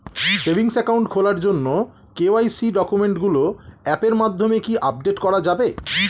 Savings account খোলার জন্য KYC ডকুমেন্টগুলো অ্যাপের মাধ্যমে কি আপডেট করা যাবে?